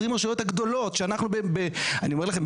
20 רשויות הגדולות שאני אומר לכם,